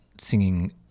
singing